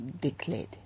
declared